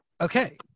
Okay